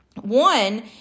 One